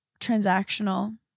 transactional